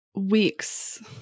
weeks